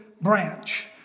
branch